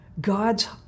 God's